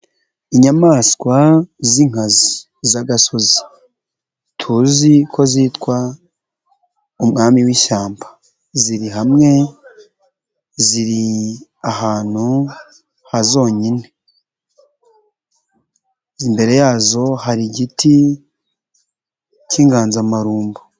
Inyamaswa z'inkazi z'agasozi tuzi ko zitwa umwami w'ishyamba, ziri hamwe, ziri ahantu ha zonyine. Imbere yazo hari igiti k'inganzamarumbo.